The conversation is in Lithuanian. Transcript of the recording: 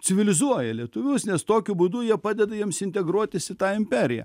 civilizuoja lietuvius nes tokiu būdu jie padeda jiems integruotis į tą imperiją